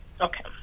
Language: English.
Okay